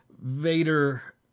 Vader